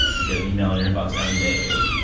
you get an email in your inbox every day of,